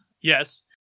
Yes